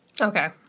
Okay